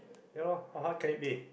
you know how can it be